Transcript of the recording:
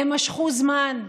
הם משכו זמן,